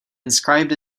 inscribed